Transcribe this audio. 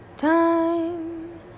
Time